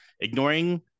Ignoring